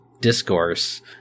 discourse